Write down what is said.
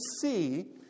see